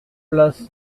place